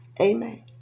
Amen